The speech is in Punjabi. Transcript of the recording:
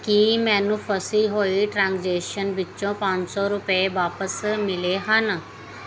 ਕੀ ਮੈਨੂੰ ਫਸੀ ਹੋਈ ਟਰਾਂਜੇਸਨ ਵਿਚੋਂ ਪੰਜ ਰੁਪਏ ਵਾਪਸ ਮਿਲੇ ਹਨ